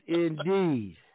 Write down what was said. indeed